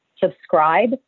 subscribe